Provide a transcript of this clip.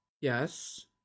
Yes